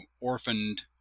orphaned